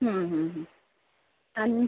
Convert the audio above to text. आणि